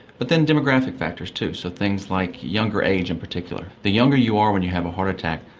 but then demographic factors too, so things like younger age in particular. the younger you are when you have a heart attack,